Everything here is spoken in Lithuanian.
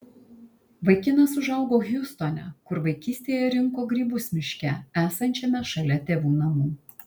vaikinas užaugo hjustone kur vaikystėje rinko grybus miške esančiame šalia tėvų namų